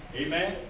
Amen